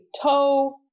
toe